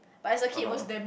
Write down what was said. (uh huh)